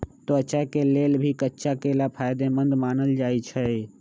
त्वचा के लेल भी कच्चा केला फायेदेमंद मानल जाई छई